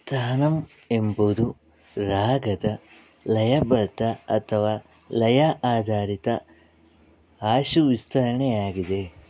ತಾನಮ್ ಎಂಬುದು ರಾಗದ ಲಯಬದ್ಧ ಅಥವಾ ಲಯ ಆಧಾರಿತ ಆಶುವಿಸ್ತರಣೆಯಾಗಿದೆ